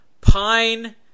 Pine